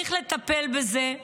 צריך לטפל בזה.